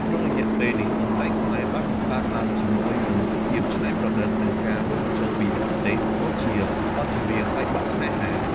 ក្នុងរយៈពេលនេះ តន្ត្រីខ្មែរបានបង្កើតឡើងជាមួយនឹង ភាពច្នៃប្រឌិត និងការរួមបញ្ចូលពីបរទេស ដូចជាបទចម្រៀងបែកបាក់ស្នេហា។